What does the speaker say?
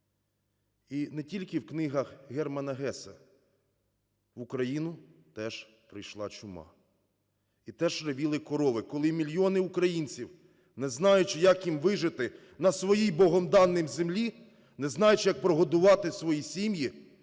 І не тільки в книгах Германа Гессе, в Україну теж прийшла чума. І теж ревіли корови, коли мільйони українців, не знаючи, як їм вижити на своїй Богом даній землі, не знаючи, як прогодувати свої сім'ї,